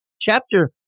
chapter